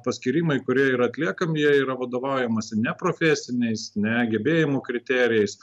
paskyrimai kurie yra atliekami jie yra vadovaujamasi ne profesiniais ne gebėjimų kriterijais